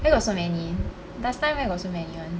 where got so many last time where got so many [one]